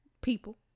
People